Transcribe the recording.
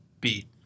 beat